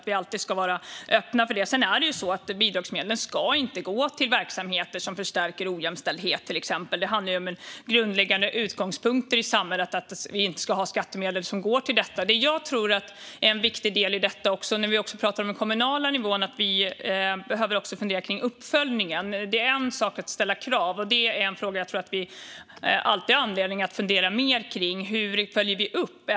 Vi ska alltid vara öppna för det. Bidragsmedlen ska inte gå till verksamheter som förstärker ojämställdhet, till exempel. Det handlar om grundläggande utgångspunkter i samhället. Skattemedel ska inte gå till detta. Det jag tror är en viktig del i detta, när vi pratar om den kommunala nivån, är att vi också behöver fundera kring uppföljningen. Det är en sak att ställa krav, men en fråga som jag tror att vi alltid har anledning att fundera mer kring är: Hur följer vi upp?